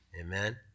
amen